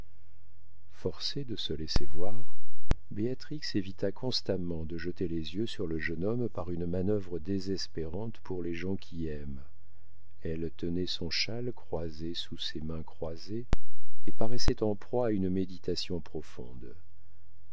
forcée de se laisser voir béatrix évita constamment de jeter les yeux sur le jeune homme par une manœuvre désespérante pour les gens qui aiment elle tenait son châle croisé sous ses mains croisées et paraissait en proie à une méditation profonde